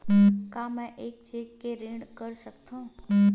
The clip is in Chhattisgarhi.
का मैं ह चेक ले ऋण कर सकथव?